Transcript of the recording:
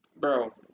Bro